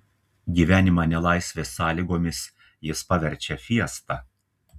gyvenimą nelaisvės sąlygomis jis paverčia fiesta